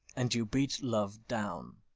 and you beat love down